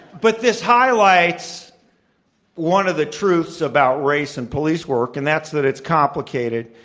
but this highlights one of the truths about race and police work, and that's that it's complicated.